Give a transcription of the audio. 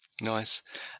Nice